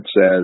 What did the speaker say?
says